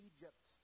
Egypt